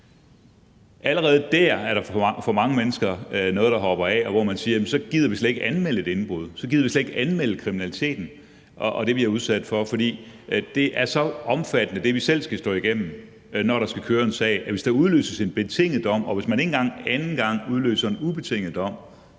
Allerede der er der for mange mennesker noget, der hopper af, og så siger man: Jamen så gider vi slet ikke anmelde et indbrud, så gider vi slet ikke anmelde kriminaliteten og det, vi har været udsat for, for det, vi selv skal stå igennem, er så omfattende, når der skal køre en sag, og hvis der udløses en betinget dom, og hvis man ikke engang anden gang udløser en ubetinget dom,